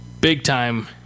big-time